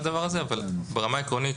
ברמה העקרונית